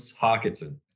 Hawkinson